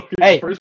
Hey